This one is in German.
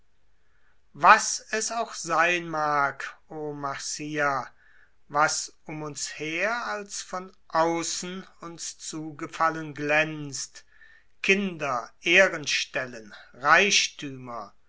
was es auch sein mag o marcia was um uns her als von außen uns zugefallen glänzt kinder ehrenstellen reichthümer